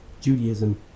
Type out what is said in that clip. Judaism